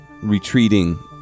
retreating